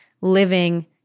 living